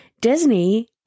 Disney